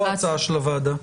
לא ההצעה של הוועדה?